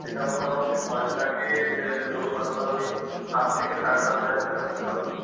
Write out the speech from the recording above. সেটা মোটামুটি পাঁচ লাখে ধরুন আপনার ওই সাত থেকে সাড়ে সাত হাজার টাকা দিতে হবে